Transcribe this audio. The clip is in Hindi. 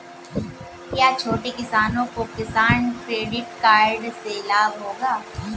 क्या छोटे किसानों को किसान क्रेडिट कार्ड से लाभ होगा?